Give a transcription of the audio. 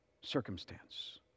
circumstance